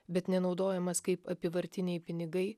bet nenaudojamas kaip apyvartiniai pinigai